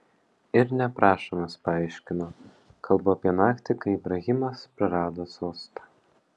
ir neprašomas paaiškino kalbu apie naktį kai ibrahimas prarado sostą